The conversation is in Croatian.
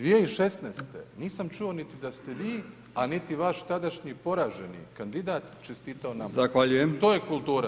2016. nisam čuo niti da ste vi, a niti vaš tadašnji poraženi kandidat čestitao nama [[Upadica Brkić: Zahvaljujem.]] To je kultura.